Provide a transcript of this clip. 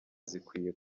zikwiye